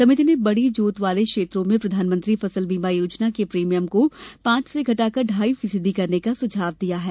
सभिति ने बड़ी जोत वाले क्षेत्रो में प्रधानमंत्री फसल बीमा योजना के प्रीमियम को पांच से घटाकर ढ़ाई फीसदी करने का सुझाव दिया है